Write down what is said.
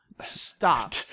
Stop